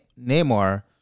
Neymar